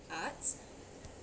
arts